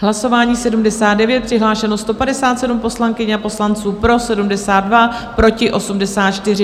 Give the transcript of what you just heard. Hlasování číslo 79, přihlášeno 157 poslankyň a poslanců, pro 72, proti 84.